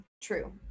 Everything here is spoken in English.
True